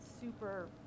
super